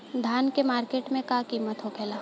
धान क मार्केट में का कीमत होखेला?